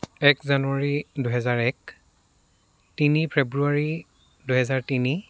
এক জানুৱাৰী দুহেজাৰ এক তিনি ফেব্ৰুৱাৰী দুহেজাৰ তিনি